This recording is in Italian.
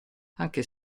anche